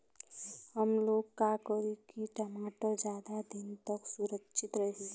हमलोग का करी की टमाटर ज्यादा दिन तक सुरक्षित रही?